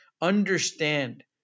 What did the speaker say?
understand